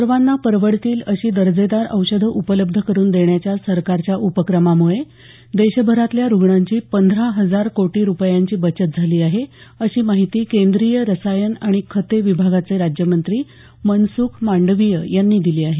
सर्वांना परवडतील अशी दर्जेदार औषधं उपलब्ध करुन देण्याच्या सरकारच्या उपक्रमाम्ळे देशभरातल्या रुग्णांची पंधरा हजार कोटी रुपयांची बचत झाली आहे अशी माहिती केंद्रीय रसायन आणि खते विभागाचे राज्यमंत्री मनसुख मांडवीय यांनी दिली आहे